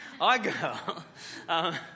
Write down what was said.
iGirl